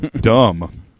dumb